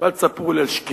ואל תספרו לי על שקיפות,